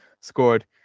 scored